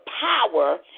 power